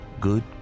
Good